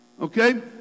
okay